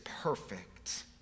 perfect